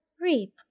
reap